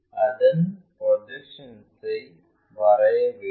அதன் ப்ரொஜெக்ஷன்ஐ வரைய வேண்டும்